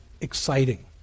exciting